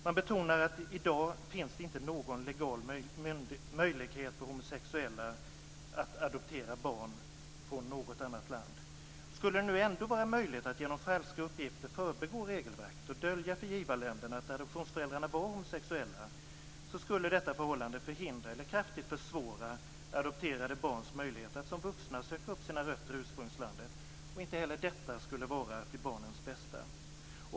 Man betonar att det i dag inte finns någon legal möjlighet för homosexuella att adoptera barn från något annat land. Skulle det nu ändå vara möjligt att genom falska uppgifter förbigå regelverket och dölja för givarländerna att adoptivföräldrarna är homosexuella, skulle detta förhållande förhindra eller kraftigt försvåra adopterade barns möjligheter att som vuxna söka upp sina rötter i ursprungsländer. Inte heller detta skulle vara till barnens bästa.